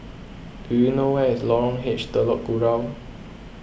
do you know where is Lorong H Telok Kurau